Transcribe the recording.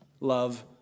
love